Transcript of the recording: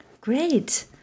Great